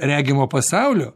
regimo pasaulio